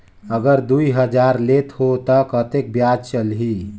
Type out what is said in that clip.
अगर दुई हजार लेत हो ता कतेक ब्याज चलही?